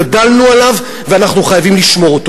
גדלנו עליו ואנחנו חייבים לשמור אותו.